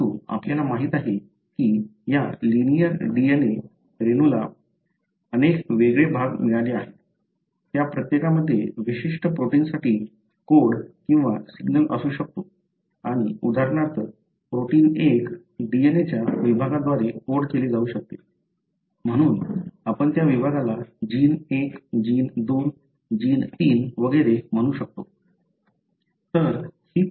परंतु आपल्याला माहित आहे की या लिनिअर DNA रेणूला अनेक वेगळे भाग मिळाले आहेत त्या प्रत्येकामध्ये विशिष्ट प्रोटीनसाठी कोड किंवा सिग्नल असू शकतो आणि उदाहरणार्थ प्रोटीन 1 DNA च्या या विभागाद्वारे कोड केले जाऊ शकते म्हणून आपण त्या विभागाला जीन 1 जीन 2 आणि जीन 3 वगैरे म्हणू शकतो